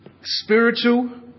spiritual